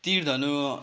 तीर धनु